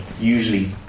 usually